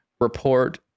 report